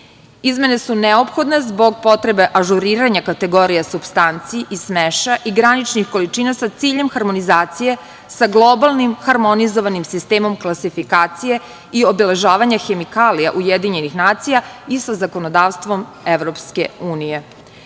Izmene su neophodne zbog potrebe ažuriranja kategorija supstanci i smeša i graničnih količina sa ciljem harmonizacije sa globalnim harmonizovanim sistemom klasifikacije i obeležavanja hemikalija UN i sa zakonodavstvom EU.Prihvatanjem